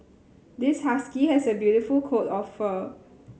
this husky has a beautiful coat of fur